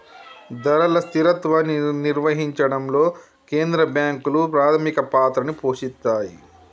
ధరల స్థిరత్వాన్ని నిర్వహించడంలో కేంద్ర బ్యాంకులు ప్రాథమిక పాత్రని పోషిత్తాయ్